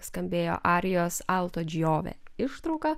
skambėjo arijos alto džiovė ištrauka